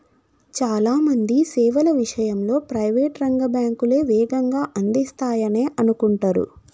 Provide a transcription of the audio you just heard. చాలా మంది సేవల విషయంలో ప్రైవేట్ రంగ బ్యాంకులే వేగంగా అందిస్తాయనే అనుకుంటరు